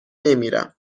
نمیرم